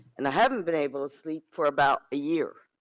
and i haven't been able to sleep for about a year,